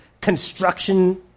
construction